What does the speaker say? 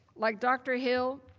like dr. hill,